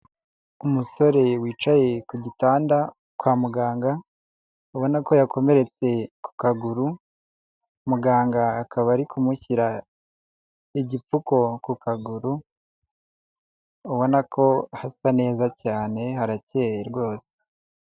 Umusore wicaye ku gitanda kwa muganga ubona ko yakomeretse ku kaguru, muganga akaba ari kumushyira igipfuko ku kaguru, ubona ko hasa neza cyane harakeye rwose.